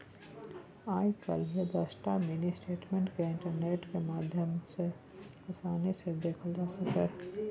आइ काल्हि दसटा mini statement केँ इंटरनेटक माध्यमे आसानी सँ देखल जा सकैए